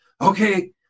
okay